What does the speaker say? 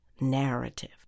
narrative